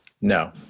No